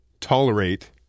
Tolerate